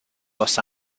los